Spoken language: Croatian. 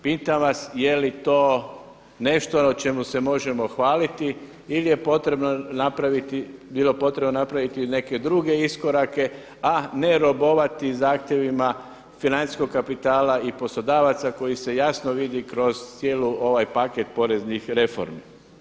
Pitam vas je li to nešto o čemu se možemo hvaliti ili je potrebno napraviti, bilo potrebno napraviti i neke druge iskorake a ne robovati zahtjevima financijskog kapitala i poslodavaca koji se jasno vidi kroz cijeli ovaj paket poreznih reformi.